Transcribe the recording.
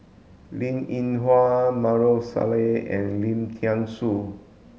Linn In Hua Maarof Salleh and Lim Thean Soo